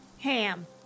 Ham